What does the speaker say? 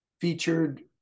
featured